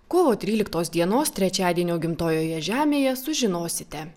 kovo tryliktos dienos trečiadienio gimtojoje žemėje sužinosite